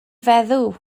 feddw